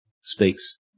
speaks